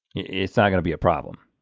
it's not gonna be a problem.